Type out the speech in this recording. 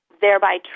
thereby